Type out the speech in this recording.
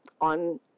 on